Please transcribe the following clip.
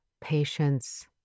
patience